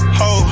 ho